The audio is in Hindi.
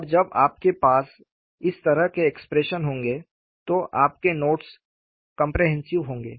और जब आपके पास इस तरह के एक्सप्रेशन होंगे तो आपके नोट्स कॉम्प्रिहेंसिव होंगे